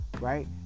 right